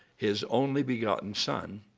his only begotten son,